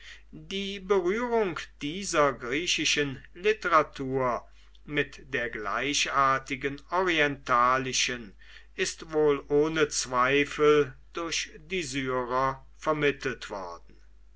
die berührung dieser griechischen literatur mit der gleichartigen orientalischen ist wohl ohne zweifel durch die syrer vermittelt worden